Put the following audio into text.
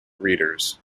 readers